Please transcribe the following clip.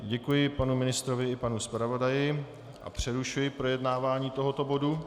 Děkuji tedy panu ministrovi i panu zpravodaji a přerušuji projednávání tohoto bodu.